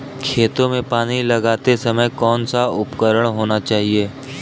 खेतों में पानी लगाते समय कौन सा उपकरण होना चाहिए?